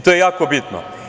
To je jako bitno.